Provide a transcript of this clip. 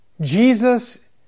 Jesus